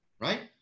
right